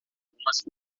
algumas